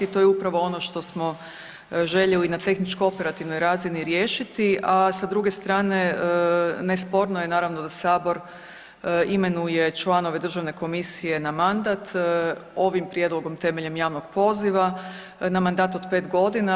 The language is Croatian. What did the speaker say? To je upravo ono što smo željeli i na tehničko-operativnoj razini riješiti, a sa druge strane nesporno je da Sabor imenuje članove Državne komisije na mandat ovim prijedlogom temeljem javnog poziva, na mandat od pet godina.